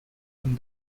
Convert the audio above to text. from